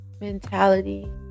mentality